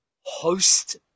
host